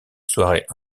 soirée